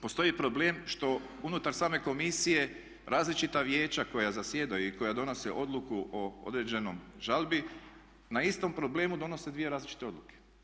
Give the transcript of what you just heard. Postoji problem što unutar same komisije različita vijeća koja zasjedaju i koja donose odluku o određenoj žalbi na istom problemu donose dvije različite odluke.